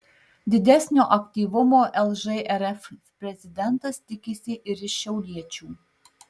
didesnio aktyvumo lžrf prezidentas tikisi ir iš šiauliečių